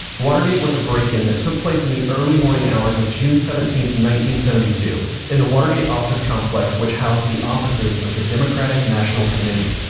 watergate was a break-in that took place in the early morning hours of june seventeenth, seventy two in the watergate office complex which housed the offices of the democratic national committee.